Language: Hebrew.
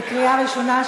בקריאה ראשונה,